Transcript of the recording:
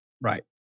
Right